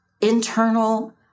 internal